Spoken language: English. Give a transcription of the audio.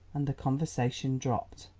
and the conversation dropped.